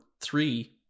three